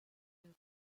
and